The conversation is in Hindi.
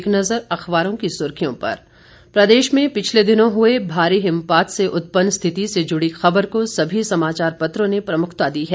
एक नज़र अखबारों की सुर्खियों पर प्रदेश में पिछले दिनों हुए भारी हिमपात से उत्पन्न स्थिति से जुड़ी खबर को सभी समाचार पत्रों ने प्रमुखता दी है